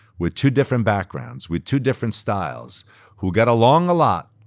with two different backgrounds, with two different styles who get along a lot,